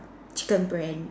chicken brand